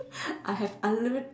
I have unlimit~